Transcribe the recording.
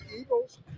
Eagles